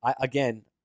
again